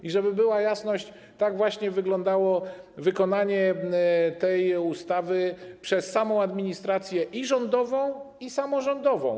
I żeby była jasność: tak właśnie wyglądało wykonanie tej ustawy przez samą administrację, zarówno rządową, jak i samorządową.